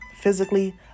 physically